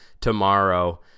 tomorrow